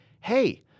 Hey